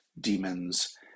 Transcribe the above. demons